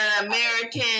american